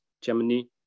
Germany